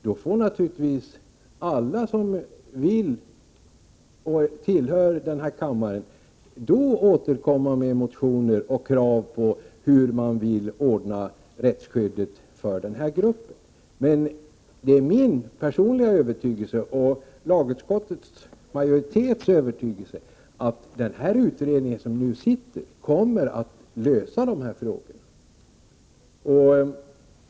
Då får naturligtvis alla som tillhör den här kammaren återkomma med motioner och krav på hur de vill ordna rättsskyddet för fotografer. Det är min personliga övertygelse och lagutskottets majoritets övertygelse att den utredning som nu arbetar kommer att lösa de uppgifter som förelagts den.